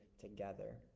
together